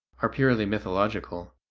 are purely mythological.